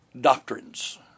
doctrines